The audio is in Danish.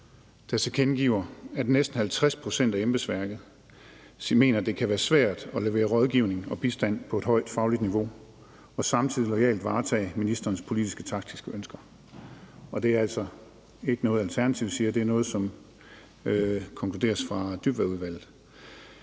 der tilkendegiver, at næsten 50 pct. af embedsværket mener, at det kan være svært at levere rådgivning og bistand på et højt fagligt niveau og samtidig loyalt varetage ministerens politiske, taktiske ønsker. Og det er altså ikke noget, Alternativet siger; det er noget, som konkluderes af Dybvadudvalget.